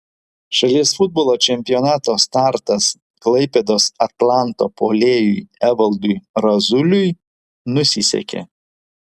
šalies futbolo čempionato startas klaipėdos atlanto puolėjui evaldui razuliui nusisekė